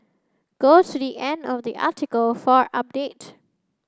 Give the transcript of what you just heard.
go to the end of the article for update